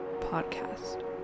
podcast